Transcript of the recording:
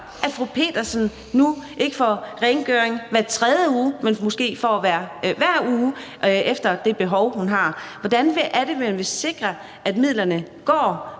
at fru Petersen nu får rengøring ikke hver tredje uge, men måske hver uge, efter det behov, hun har? Hvordan er det, man vil sikre, at midlerne går